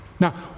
Now